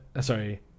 sorry